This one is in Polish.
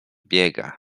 biega